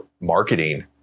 marketing